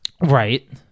right